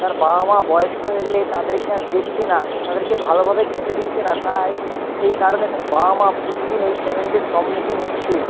তার বাবা মা বয়স্ক হয়ে গেলে তাদেরকে আর দেখছে না তাদেরকে ভালোভাবে খেতে দিচ্ছে না তাই সেই কারণে তার বাবা মা প্রতিদিন এই চ্যালেঞ্জের সম্মুখীন হচ্ছে